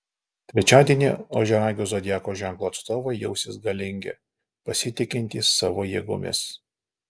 trečiadienį ožiaragio zodiako ženklo atstovai jausis galingi pasitikintys savo jėgomis